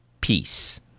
peace